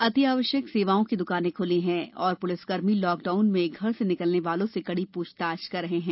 अतिआवश्यक सेवाओं की दुकाने खुली हैं और पुलिसकर्मी लॉकडाउन में घर से निकलने वालों से कड़ी पुछताछ कर रहे हैं